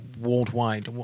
worldwide